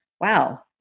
wow